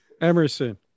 Emerson